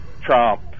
Trump